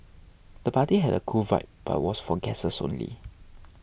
the party had a cool vibe but was for guests only